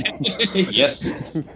Yes